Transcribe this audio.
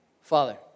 Father